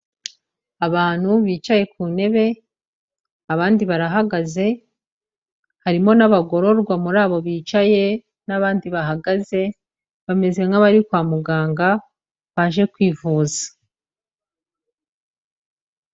Abantu bicaye ku ntebe, abandi barahagaze harimo n'abagororwa muri abo bicaye n'abandi bahagaze bameze nk'abari kwa muganga baje kwivuza.